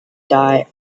die